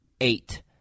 eight